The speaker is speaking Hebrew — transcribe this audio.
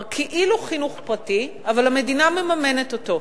כלומר, כאילו חינוך פרטי, אבל המדינה מממנת אותו.